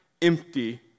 empty